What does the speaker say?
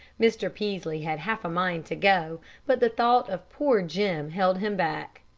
mr. peaslee had half a mind to go, but the thought of poor jim held him back.